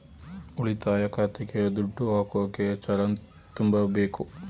ಉಳಿತಾಯ ಖಾತೆಗೆ ದುಡ್ಡು ಹಾಕೋಕೆ ಚಲನ್ ತುಂಬಬೇಕು